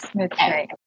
Okay